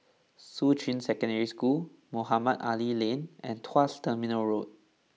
Shuqun Secondary School Mohamed Ali Lane and Tuas Terminal Road